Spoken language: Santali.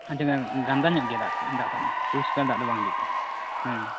ᱜᱟᱱᱫᱟ ᱧᱚᱜ ᱜᱮᱭᱟ ᱫᱟᱜ ᱫᱟᱜ ᱴᱟᱜ ᱫᱚ ᱯᱚᱨᱤᱥᱠᱟᱨ ᱫᱟᱜ ᱫᱚ ᱵᱟᱝ ᱦᱤᱡᱩᱜ ᱠᱟᱱᱟ